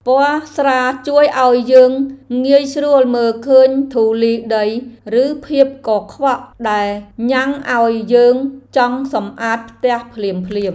ពណ៌ស្រាលជួយឱ្យយើងងាយស្រួលមើលឃើញធូលីដីឬភាពកខ្វក់ដែលញ៉ាំងឱ្យយើងចង់សម្អាតផ្ទះភ្លាមៗ។